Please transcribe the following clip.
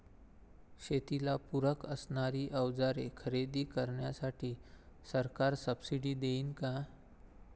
शेतीला पूरक असणारी अवजारे खरेदी करण्यासाठी सरकार सब्सिडी देईन का?